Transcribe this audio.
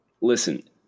Listen